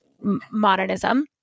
modernism